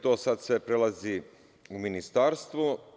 To sada sve prelazi u ministarstvo.